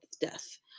death